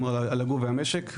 כלומר על הגוף והמשק.